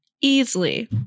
Easily